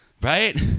Right